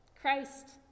Christ